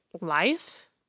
life